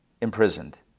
imprisoned